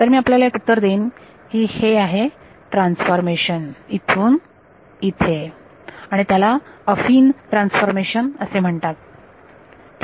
तर मी आपल्याला उत्तर देईन हे आहे ट्रान्सफॉर्मेशन इथून येथे आणि त्याला अफिन ट्रान्सफॉर्मेशन असे म्हणतात